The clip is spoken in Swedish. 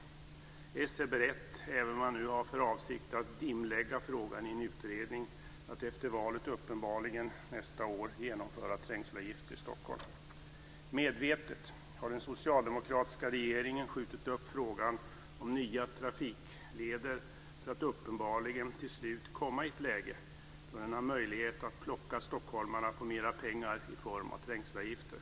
S är uppenbarligen berett - även om man nu har för avsikt att dimlägga frågan i en utredning - att efter valet nästa år genomföra trängselavgifter i Medvetet har den socialdemokratiska regeringen skjutit upp frågan om nya trafikleder för att till slut komma i ett läge då den har möjlighet att plocka stockholmarna på mera pengar i form av trängselavgifter.